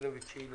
היום יום שלישי,